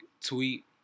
tweet